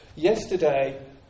Yesterday